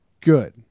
Good